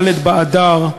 ד' באדר,